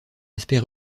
aspect